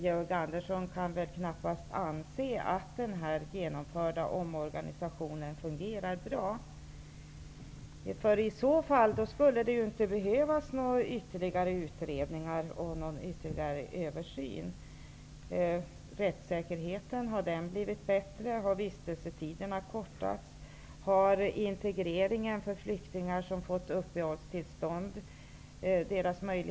Georg Andersson kan väl knappast anse att den genomförda omorganisationen fungerar bra. I så fall skulle det ju inte behövas några ytterligare utredningar och någon ytterligare översyn. Har rättssäkerheten blivit bättre? Har vistelsetiderna kortats? Har möjligheten till integreringar ökat för flyktingar som fått uppehållstillstånd?